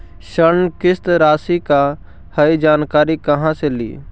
ऋण किस्त रासि का हई जानकारी कहाँ से ली?